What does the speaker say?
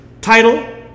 Title